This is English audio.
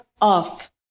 off